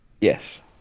Yes